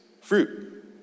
fruit